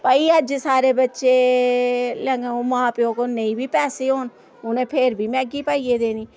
भाई अज्ज सारे बच्चे लेआंगन ओह् मां प्यो कोल नेईं बी पैसे होन उ'नें फिर बी मैग्गी पाइयै देनी